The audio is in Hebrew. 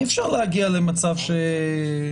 אי אפשר להגיע למצב כזה.